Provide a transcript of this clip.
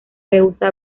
rehúsa